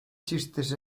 chistes